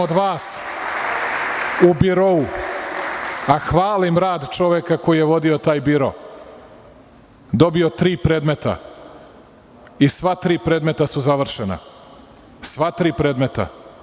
Od vas sam u birou, a hvalim rad čoveka koji je vodio taj biro, dobio tri predmeta i sva tri predmeta su završena, sva tri predmeta.